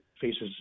faces